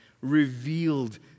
revealed